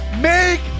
Make